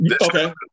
Okay